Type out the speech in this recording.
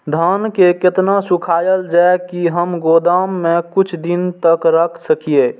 धान के केतना सुखायल जाय की हम गोदाम में कुछ दिन तक रख सकिए?